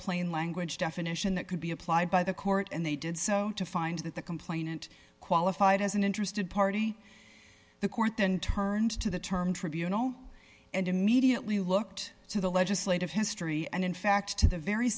plain language definition that could be applied by the court and they did so to find that the complainant qualified as an interested party the court then turned to the term tribunal and immediately looked to the legislative history and in fact to the very